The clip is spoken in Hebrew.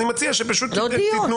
אני מציע שפשוט תתנו --- לא דיון.